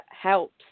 helps